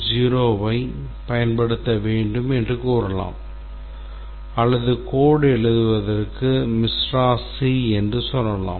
0 ஐப பயன்படுத்த வேண்டும் என்று கூறலாம் அல்லது code எழுதுவதற்கு MISRA C என்று சொல்லலாம்